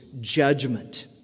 judgment